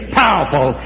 powerful